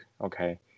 Okay